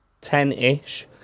Ten-ish